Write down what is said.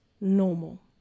normal